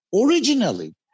originally